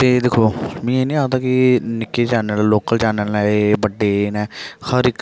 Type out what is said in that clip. ते दिक्खो में एह् नेईं आखदा कि निक्के चैनल लोकल चैनल न एह् बड़े ना हर इक